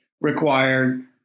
required